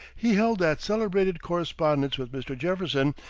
he held that celebrated correspondence with mr. jefferson,